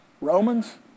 Romans